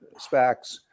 SPACs